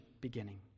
beginning